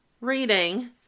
reading